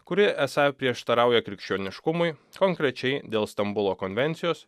kuri esą prieštarauja krikščioniškumui konkrečiai dėl stambulo konvencijos